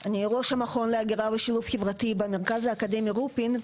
אני ראש המכון להגירה ושילוב חברתי במרכז האקדמי רופין.